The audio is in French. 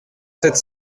sept